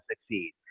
succeed